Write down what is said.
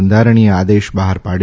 બંધારણીય આદેશ બહાર પાડ્યો